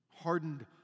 hardened